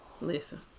listen